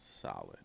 Solid